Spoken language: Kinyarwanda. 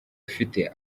ufite